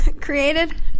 created